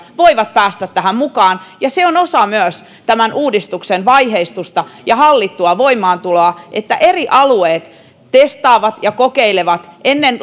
voivat päästä tähän mukaan ja se on osa myös tämän uudistuksen vaiheistusta ja hallittua voimaantuloa että eri alueet testaavat ja kokeilevat ennen